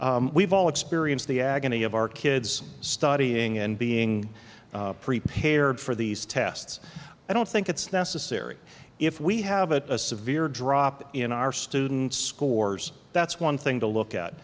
we've all experienced the agony of our kids studying and being prepared for these tests i don't think it's necessary if we have a severe drop in our students scores that's one thing to look at